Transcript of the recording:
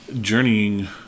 journeying